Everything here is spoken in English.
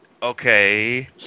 Okay